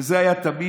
וזה היה תמיד